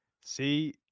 See